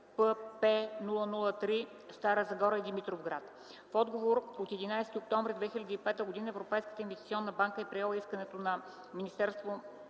(Стара Загора и Димитровград). В отговор от 11 октомври 2005 г. Европейската инвестиционна банка e приела искането на Министерството